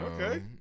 Okay